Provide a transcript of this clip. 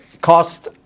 cost